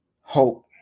hope